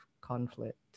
conflict